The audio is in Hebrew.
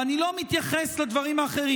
ואני לא מתייחס לדברים האחרים,